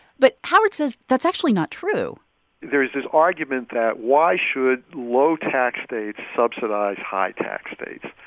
but howard says that's actually not true there is this argument that, why should low-tax states subsidize high-tax states.